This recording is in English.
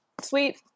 sweet